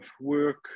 work